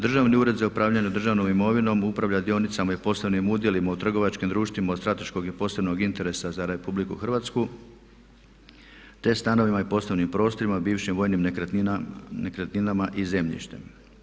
Državni ured za upravljanje državnom imovinom upravlja dionicama i posebnim udjelima u trgovačkim društvima od strateškog i posebnog interesa za RH te stanovima i poslovnim prostorima, bivšim vojnim nekretninama i zemljištem.